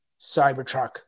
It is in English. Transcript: Cybertruck